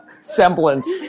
semblance